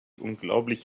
unglaublich